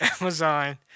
Amazon